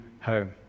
home